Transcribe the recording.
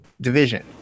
division